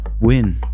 win